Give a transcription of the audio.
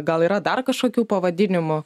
gal yra dar kažkokių pavadinimų